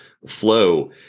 flow